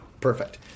Perfect